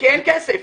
כי אין כסף,